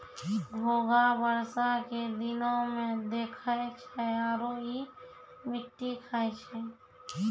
घोंघा बरसा के दिनोॅ में दिखै छै आरो इ मिट्टी खाय छै